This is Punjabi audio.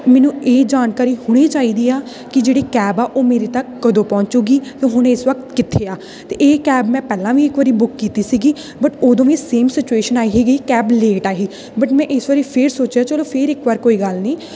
ਮੈਨੂੰ ਇਹ ਜਾਣਕਾਰੀ ਹੁਣੇ ਚਾਹੀਦੀ ਆ ਕਿ ਜਿਹੜੀ ਕੈਬ ਆ ਉਹ ਮੇਰੇ ਤੱਕ ਕਦੋਂ ਪਹੁੰਚੇਗੀ ਅਤੇ ਹੁਣ ਇਸ ਵਕਤ ਕਿੱਥੇ ਆ ਅਤੇ ਇਹ ਕੈਬ ਮੈਂ ਪਹਿਲਾਂ ਵੀ ਇੱਕ ਵਾਰੀ ਬੁੱਕ ਕੀਤੀ ਸੀਗੀ ਬਟ ਉਦੋਂ ਵੀ ਸੇਮ ਸਿਚੁਏਸ਼ਨ ਆਈ ਹੀਗੀ ਕੈਬ ਲੇਟ ਆਈ ਸੀ ਬਟ ਮੈਂ ਇਸ ਵਾਰੀ ਫਿਰ ਸੋਚਿਆ ਚਲੋ ਫਿਰ ਇੱਕ ਵਾਰ ਕੋਈ ਗੱਲ ਨਹੀਂ